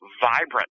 vibrant